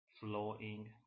flowing